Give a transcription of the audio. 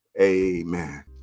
Amen